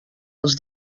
els